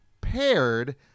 paired